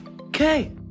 Okay